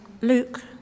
Luke